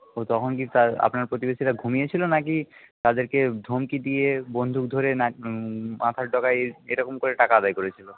ও তখন কি আপনার প্রতিবেশীরা ঘুমিয়ে ছিল নাকি তাদেরকে ধমকি দিয়ে বন্দুক ধরে না মাথার ডগায় এইরকম করে টাকা আদায় করেছিল